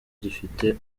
gifite